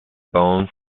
bone